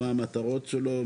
מה המטרות שלו,